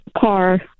car